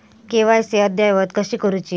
KYC अद्ययावत कशी करुची?